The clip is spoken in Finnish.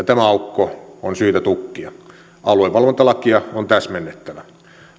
tämä aukko on syytä tukkia aluevalvontalakia on täsmennettävä